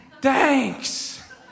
Thanks